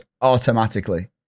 automatically